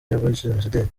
y’abajenosideri